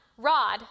Rod